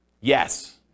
Yes